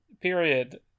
period